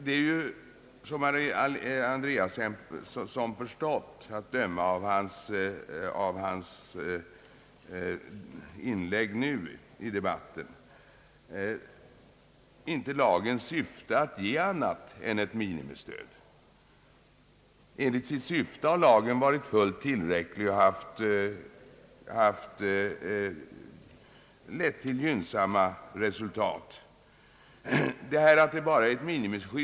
Det är, som herr Andreasson inte har förstått att döma av hans inlägg nu i debatten, inte lagens syfte att ge annat än minimiskydd. Enligt detta syfte har lagen varit fullkomligt tillräcklig och lett till gynnsamma resultat.